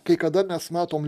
kai kada mes matom